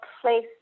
place